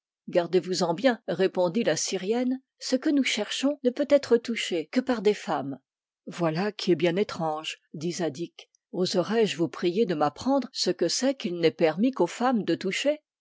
gardez-vous-en bien répondit la syrienne ce que nous cherchons ne peut être touché que par des femmes voilà qui est bien étrange dit zadig oserai-je vous prier de m'apprendre ce que c'est qu'il n'est permis qu'aux femmes de toucher